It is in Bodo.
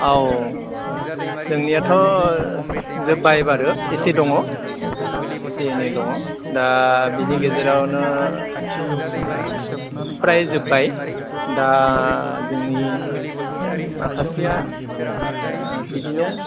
औ जोंनियाथ' जोब्बाय बारु एसे दङ एसे एनै दङ दा बिनि गेजेरावनो फ्राय जोब्बाय दा जोंनि माखासेया बिदिनो